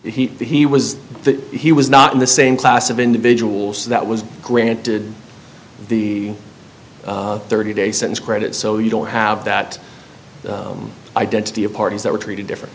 that he was that he was not in the same class of individuals that was granted the thirty day sentence credit so you don't have that identity of parties that were treated different